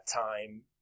time